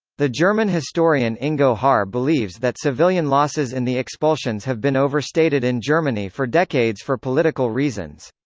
the german historian ingo haar believes that civilian losses in the expulsions have been overstated in germany for decades for political reasons.